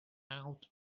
out